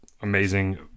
amazing